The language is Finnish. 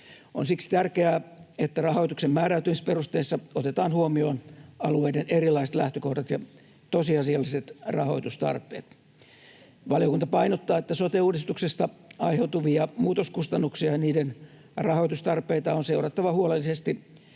Siksi on tärkeää, että rahoituksen määräytymisperusteissa otetaan huomioon alueiden erilaiset lähtökohdat ja tosiasialliset rahoitustarpeet. Valiokunta painottaa, että sote-uudistuksesta aiheutuvia muutoskustannuksia ja niiden rahoitustarpeita on seurattava huolellisesti